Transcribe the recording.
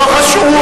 לא חשוב.